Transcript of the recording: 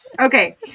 Okay